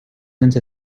into